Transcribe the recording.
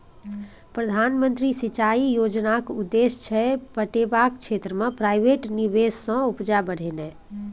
प्रधानमंत्री सिंचाई योजनाक उद्देश्य छै पटेबाक क्षेत्र मे प्राइवेट निबेश सँ उपजा बढ़ेनाइ